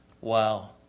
wow